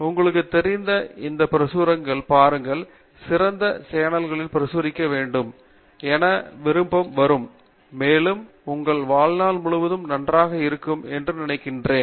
உங்களுக்குத் தெரிந்த அந்தப் பிரசுரங்களைப் பாருங்கள் சிறந்த சேனல்களில் பிரசுரிக்க வேண்டும் என விருப்பம் வரும் மேலும் உங்கள் வாழ்நாள் முழுவதும் நன்றாக இருக்கும் என்று நினைக்கிறேன்